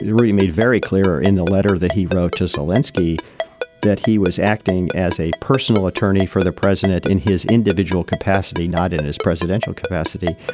he made very clear in the letter that he wrote to zelinsky that he was acting as a personal attorney for the president in his individual capacity, not in his presidential capacity.